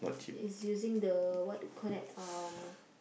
he's using the what you call that um